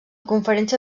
conferència